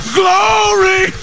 glory